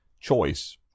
choice